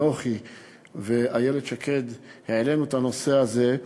אנוכי ואיילת שקד העלינו את הנושא הזה,